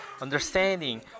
understanding